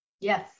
Yes